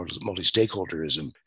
multi-stakeholderism